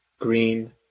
green